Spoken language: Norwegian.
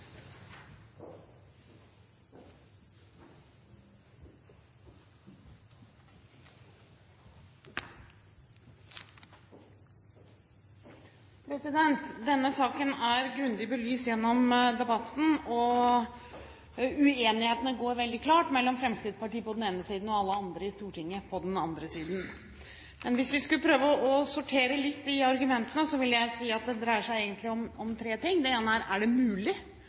religiøsitet. Denne saken er grundig belyst gjennom debatten. Uenigheten går veldig klart mellom Fremskrittspartiet på den ene siden og alle andre i Stortinget på den andre siden. Men hvis vi skulle prøve å sortere litt i argumentene, vil jeg si at det egentlig dreier seg om tre ting. Det ene er: Er det mulig